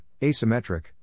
asymmetric